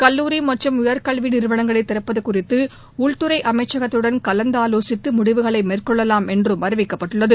கல்லூரி மற்றும் உயர்கல்வி நிறுவனங்களை திறப்பது குறித்து உள்துறை அமைச்சகத்துடன் கலந்தாலோசித்து முடிவுகளை மேற்கொள்ளலாம் என்றும் அறிவிக்கப்பட்டுள்ளது